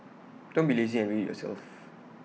don't be lazy and read IT yourself